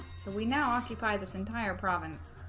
so we now occupy this entire province